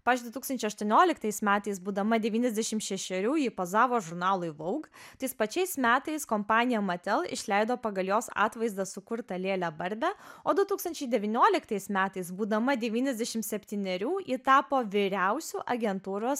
pavyzdžiui du tūkstančiai aštuonioliktais metais būdama devyniasdešim šešerių ji pozavo žurnalui vogue tais pačiais metais kompanija matel išleido pagal jos atvaizdą sukurtą lėlę barbę o du tūkstančiai devynioliktais metais būdama devyniasdešimt septynerių ji tapo vyriausiu agentūros